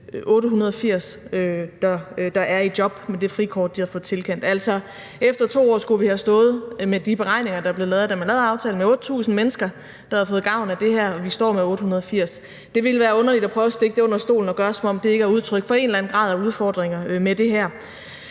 880, der er i job med det frikort, de har fået tilkendt. Altså, efter 2 år skulle vi ifølge de beregninger, der blev lavet, da man indgik aftalen, stå med 8.000 mennesker, der havde fået gavn af det her, og vi står med 880. Det ville være underligt at prøve at stikke det under stolen og lade, som om det er ikke er udtryk for, at der er en eller anden grad af udfordringer med det her.